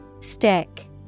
Stick